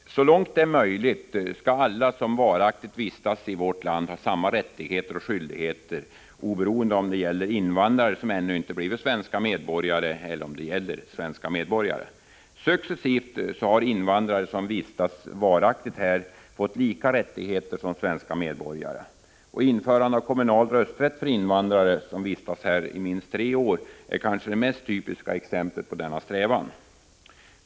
Herr talman! Så långt det är möjligt skall alla som varaktigt vistas i vårt land ha samma rättigheter och skyldigheter, oberoende av om det gäller invandrare som ännu inte blivit svenska medborgare eller om det gäller svenska medborgare. Successivt har invandrare som vistats varaktigt här fått samma rättigheter som svenska medborgare. Införandet av kommunal rösträtt för invandrare som vistats i landet minst tre år är kanske det mest typiska exemplet på denna strävan.